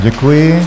Děkuji.